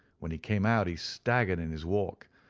when he came out he staggered in his walk,